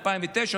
2009,